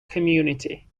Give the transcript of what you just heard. community